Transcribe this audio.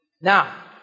Now